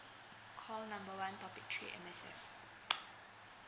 call number one topic three M_S_F